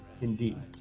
Indeed